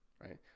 right